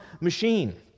machine